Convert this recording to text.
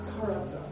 character